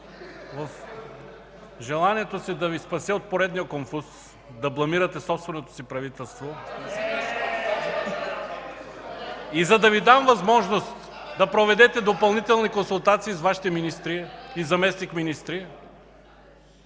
В желанието си да Ви спася от поредния конфуз – да бламирате собственото си правителство (викове от ГЕРБ: „Ееее!”) и за да Ви дам възможност да проведете допълнителни консултации с Вашите министри и заместник-министри,